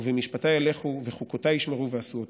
ובמשפטי ילכו וחוקותי ישמרו ועשו אותם".